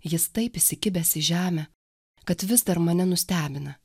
jis taip įsikibęs į žemę kad vis dar mane nustebina